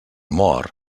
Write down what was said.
mor